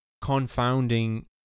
confounding